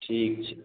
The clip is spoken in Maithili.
ठीक छै